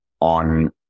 on